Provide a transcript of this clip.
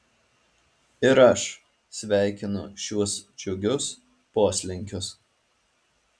ir aš sveikinu šiuos džiugius poslinkius